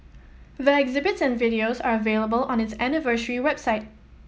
the exhibits and videos are available on its anniversary website